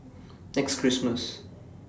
next Christmas